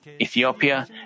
Ethiopia